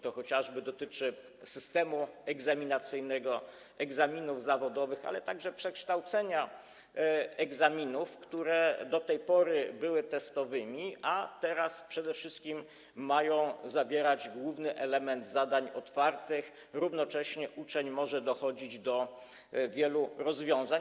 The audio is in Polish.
To chociażby dotyczy systemu egzaminacyjnego, egzaminów zawodowych, ale także przekształcenia egzaminów, które do tej pory były egzaminami testowymi, a teraz przede wszystkim mają zawierać główny element zadań otwartych, równocześnie uczeń może dochodzić do wielu rozwiązań.